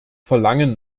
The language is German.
verlangen